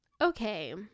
Okay